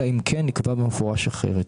אלא אם כן נקבע במפורש אחרת.